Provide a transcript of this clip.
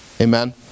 Amen